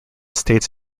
states